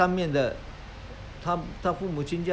最基本基本的东西都很难